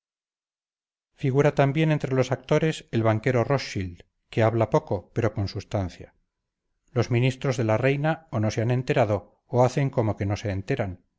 figura también entre los actores el banquero rostchild que habla poco pero con substancia los ministros de la reina o no se han enterado o hacen como que no se enteran